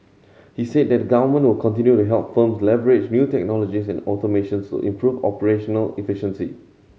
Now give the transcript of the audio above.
he said the government will continue to help firms leverage new technologies and automation to improve operational efficiency